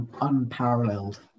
unparalleled